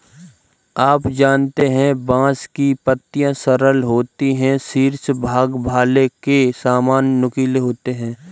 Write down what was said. आप जानते है बांस की पत्तियां सरल होती है शीर्ष भाग भाले के सामान नुकीले होते है